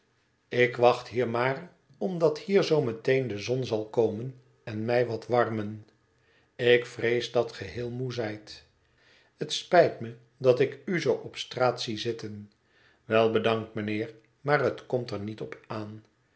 ik wacht hier maar omdat hier zoo meteen de zon zal komen en mij wat warmen ik vrees dat ge heel moe zijt het spijt me dat ik u zoo op straat zie zitten wel bedankt mijnheer maar het komt er niet op aan